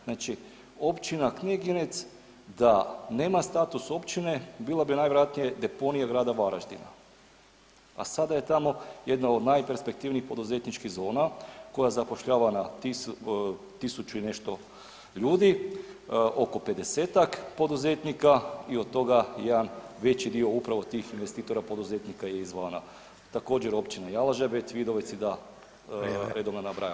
Znači Općina Kneginec da nema status općine bila bi najvjerojatnije deponij Grada Varaždina, a sada je tamo jedna od najperspektivnijih poduzetničkih zona koja zapošljava tisuću i nešto ljudi, oko 50-ak poduzetnika i od toga jedan veći dio upravo tih investitora poduzetnika je izvana, također Općina Jalžabet, Vidovec i da ne redom ne nabrajam.